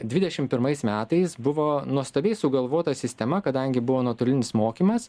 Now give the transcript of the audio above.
dvidešim pirmais metais buvo nuostabiai sugalvota sistema kadangi buvo nuotolinis mokymas